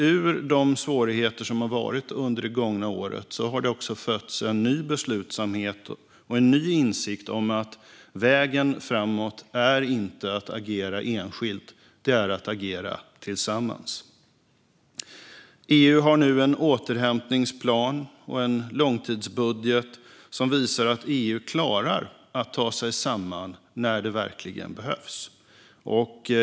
Ur de svårigheter som varit under det gångna året har det fötts en ny beslutsamhet och en ny insikt om att vägen framåt inte är att agera enskilt utan att agera tillsammans. EU har nu en återhämtningsplan och en långtidsbudget som visar att EU klarar att ta sig samman när det verkligen behövs.